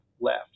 left